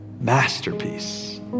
Masterpiece